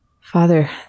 father